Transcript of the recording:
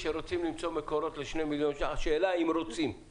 כשרוצים למצוא מקורות לשני מיליון שקלים השאלה אם רוצים.